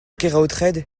keraotred